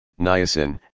Niacin